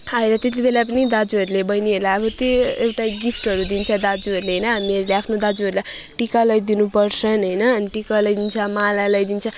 आएर त्यति बेला पनि दाजुहरूले बैनीहरूलाई अब त्यही एउटा गिफ्टहरू दिन्छ दाजुहरूले होइन हामीहरूले आफ्नो दाजुहरूलाई टिका लगाइदिनु पर्छ होइन अनि टिका लगाइदिन्छ माला लगाइदिन्छ